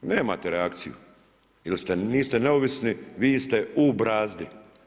Nemate reakciju jer niste neovisni, vi ste u brazdi.